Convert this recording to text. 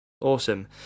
Awesome